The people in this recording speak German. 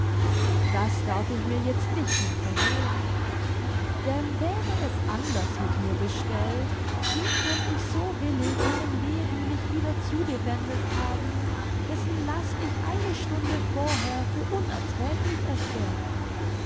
das darf ich mir jetzt nicht mehr verhehlen denn wäre es anders mit mir bestellt wie könnt ich so willig einem leben mich wieder zugewendet haben dessen last ich eine stunde vorher für unerträglich erklärte